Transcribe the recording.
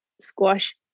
squash